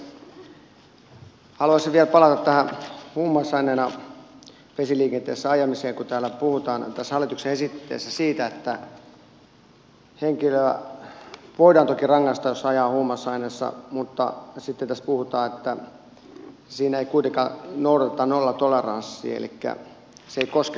haluaisin vielä palata tähän huumausaineissa vesiliikenteessä ajamiseen kun täällä hallituksen esityksessä puhutaan siitä että henkilöä voidaan toki rangaista jos ajaa huumausaineissa mutta sitten tässä puhutaan että siinä ei kuitenkaan noudateta nollatoleranssia elikkä se ei koske vesiliikennettä